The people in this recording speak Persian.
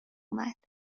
اومد